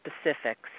specifics